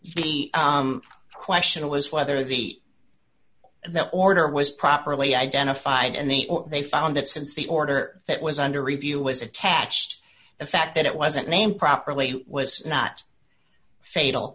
the question was whether the the order was properly identified and the or they found that since the order that was under review was attached the fact that it wasn't named properly was not fatal